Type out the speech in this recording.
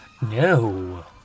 No